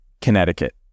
Connecticut